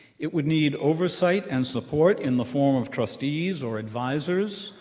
it would need oversight and support in the form of trustees or advisors,